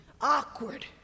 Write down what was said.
Awkward